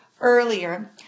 earlier